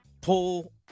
pull